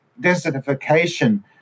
desertification